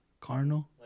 Carnal